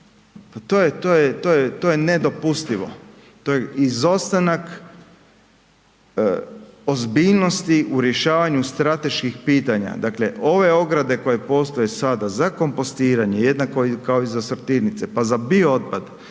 to je nedopustivo, to je izostanak ozbiljnosti u rješavanju strateških pitanja. Dakle, ove ograde koje postoje sada za kompostiranje, jednako kao i za sortirnice, pa za bio otpad,